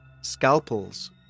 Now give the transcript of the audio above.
...scalpels